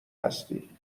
هستی